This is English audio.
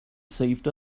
saved